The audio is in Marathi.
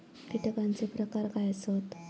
कीटकांचे प्रकार काय आसत?